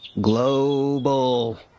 Global